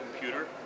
Computer